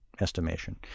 estimation